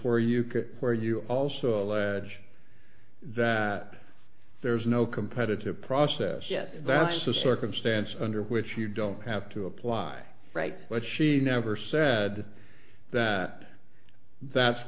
where you could where you also allege that there's no competitive process yet that's a circumstance under which you don't have to apply right but she never said that that's